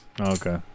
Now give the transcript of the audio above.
Okay